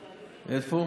איפה?